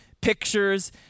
pictures